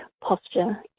posture